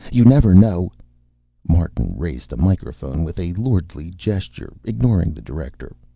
you never know martin raised the microphone with a lordly gesture. ignoring the director,